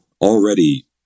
already